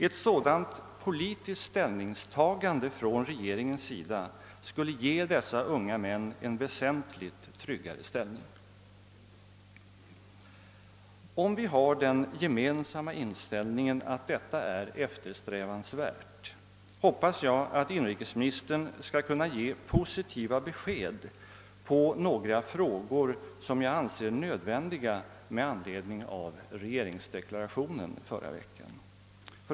Ett sådant politiskt ställningstagande från regeringen skulle ge dessa unga män en väsentligt tryggare ställning. Om vi har den gemensamma inställningen att detta är eftersträvansvärt, hoppas jag att inrikesministern också skall kunna ge positiva besked på några frågor som jag anser nödvändiga med anledning av regeringsdeklarationen förra veckan.